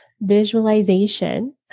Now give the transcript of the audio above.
visualization